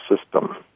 system